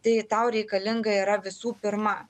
tai tau reikalinga yra visų pirma